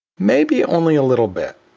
maybe only a little bit.